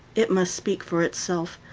it must speak for itself.